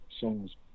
songs